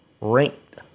ranked